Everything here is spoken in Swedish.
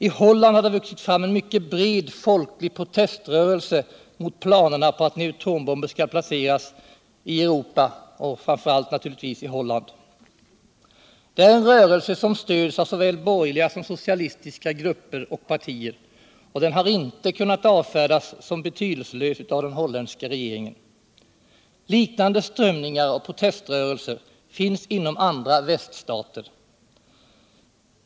I Holland har det vuxit fram on mycket bred folklig proteströrelse mot planerna på att neutronbomber skall placeras i Europa och framför allt naturligtvis mot att de skall placeras i Holland. Det är en rörelse som stöds av såvil borgerliga som socialistiska grupper och partier, och den har inte kunnat avfärdas som betydelselös av den holländska regeringen. Liknande strömningar och proteströrelser finns inom andra viäststater.